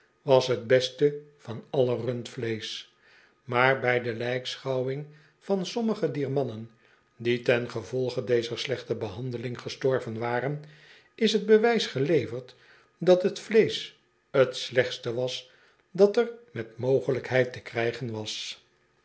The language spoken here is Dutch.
was t beste van alle rundvleesch maar bij de lijkschouwing van sommige dier mannen die ten gevolge dezer slechte behandeling gestorven waren is het bewijs geleverd dat t vleesch't slechtste was dat er met mogelijkheid te krijgen was